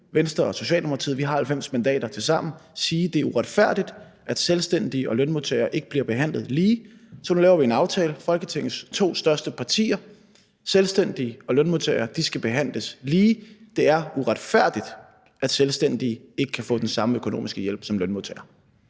Venstre og Socialdemokratiet har 90 mandater tilsammen – og sige, at det er uretfærdigt, at selvstændige og lønmodtagere ikke bliver behandlet lige, så nu laver vi, Folketingets to største partier, en aftale. Selvstændige og lønmodtagere skal behandles lige. Det er uretfærdigt, at selvstændige ikke kan få den samme økonomiske hjælp som lønmodtagere.